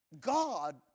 God